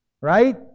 Right